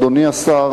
אדוני השר,